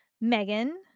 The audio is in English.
Megan